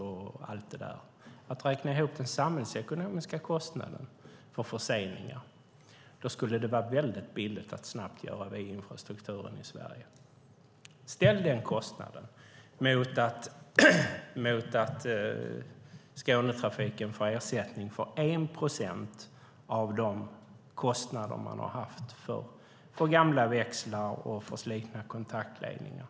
Det handlar om att räkna ihop den samhällsekonomiska kostnaden för förseningar. Då skulle det vara väldigt billigt att snabbt åtgärda infrastrukturen i Sverige. Ställ den kostnaden mot att Skånetrafiken får ersättning för 1 procent av de kostnader man har haft för gamla växlar och slitna kontaktledningar.